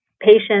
patient